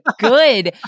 good